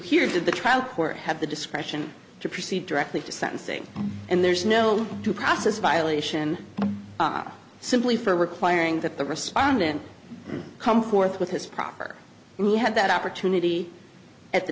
of the trial court have the discretion to proceed directly to sentencing and there's no due process violation simply for requiring that the respondent come forth with his proper he had that opportunity at the